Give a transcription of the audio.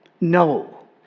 no